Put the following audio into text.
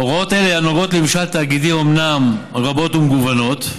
הוראות אלה הנוגעות לממשל תאגידי אומנם רבות ומגוונות,